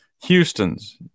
Houston's